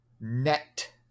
net